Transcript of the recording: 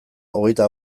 hogeita